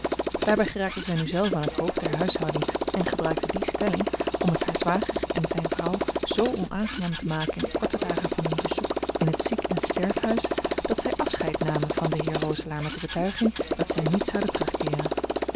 daarbij geraakte zij nu zelve aan het hoofd der huishouding en gebruikte die stelling om het haar zwager en zijne vrouw zoo onaangenaam te maken in de korte dagen van hun bezoek in het zieken sterfhuis dat zij afscheid namen van den heer roselaer met de betuiging dat zij niet zouden terugkeeren